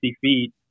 feet